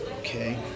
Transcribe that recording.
Okay